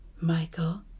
Michael